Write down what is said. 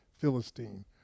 Philistine